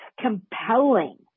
compelling